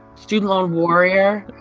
student loan warrior.